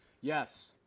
Yes